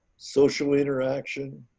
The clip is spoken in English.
social interaction,